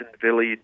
Village